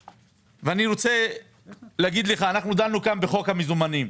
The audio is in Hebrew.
אני רוצה להגיד לך, אנחנו דנו כאן בחוק המזומנים.